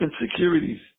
insecurities